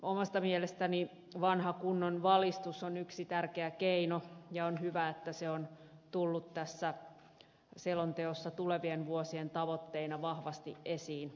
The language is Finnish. omasta mielestäni vanha kunnon valistus on yksi tärkeä keino ja on hyvä että se on tullut tässä selonteossa tulevien vuosien tavoitteina vahvasti esiin